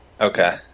Okay